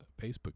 Facebook